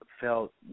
felt